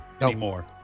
anymore